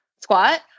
squat